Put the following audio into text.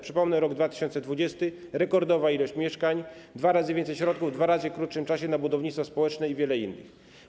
Przypomnę dane z roku 2020: rekordowa ilość mieszkań, dwa razy więcej środków w dwa razy krótszym czasie na budownictwo społeczne i wiele innych.